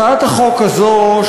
הצעת החוק הזאת,